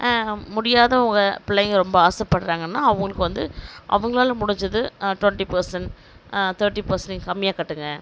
முடியாதவங்க பிள்ளைங்க ரொம்ப ஆசைப்படுறாங்கனா அவங்களுக்கு வந்து அவங்களால முடிஞ்சது டுவென்டி பர்சன்ட் தேர்ட்டி பர்சன்டேஜ் கம்மியாக கட்டுங்க